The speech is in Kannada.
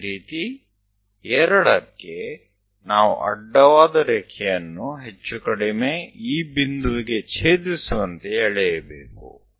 ಅದೇ ರೀತಿ 2 ಕ್ಕೆ ನಾವು ಅಡ್ಡವಾದ ರೇಖೆ ಯನ್ನು ಹೆಚ್ಚು ಕಡಿಮೆ ಈ ಬಿಂದುವಿಗೆ ಛೇದಿಸುವಂತೆ ಎಳೆಯಬೇಕು